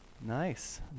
nice